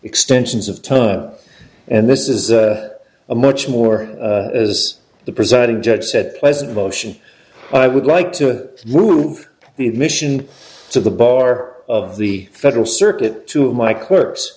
extensions of time and this is a much more as the presiding judge said pleasant motion i would like to move the admission to the bar of the federal circuit to my clerks